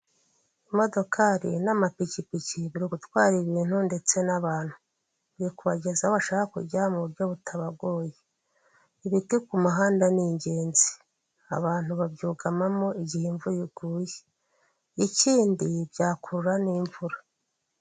Umuhanda nyabagendwa ukikijwe n'amatara ku mpande zaho, ndetse ku mpande z'umuhanda hari amazu atandukanye ndetse n'ibiti byo mu bwoko butandukanye, hakurya hari imisozi.